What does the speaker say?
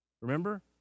Remember